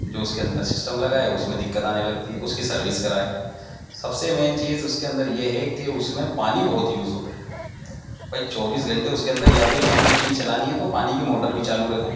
جو اس کے اندر سسٹم لگا ہے اس میں دقت آنے لگتی ہے اس کی سروس کرائیں سب سے مین چیز اس کے اندر یہ ہے کہ اس میں پانی بہت یوز ہوتا ہے بھائی چوبیس گھنٹے اس کے اندر یا تو یہ کہ مشین چلانی ہے تو پانی کی موٹر بھی چالو رکھیں